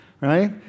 right